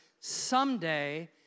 someday